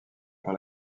par